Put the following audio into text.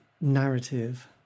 narrative